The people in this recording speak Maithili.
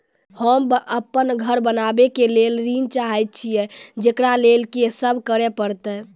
होम अपन घर बनाबै के लेल ऋण चाहे छिये, जेकरा लेल कि सब करें परतै?